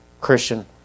Christian